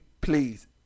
please